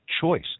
choice